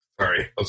Sorry